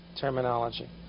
terminology